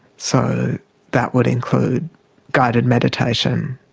so that would include guided meditation.